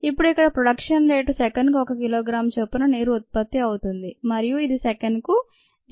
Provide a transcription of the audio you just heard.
ఇప్పుడు ఇక్కడ production rate సెకనుకు 1 కిలోగ్రాము చొప్పున నీరు ఉత్పత్తి అవుతోంది మరియు ఇది సెకనుకు 0